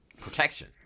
protection